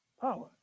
power